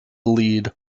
lead